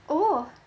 oh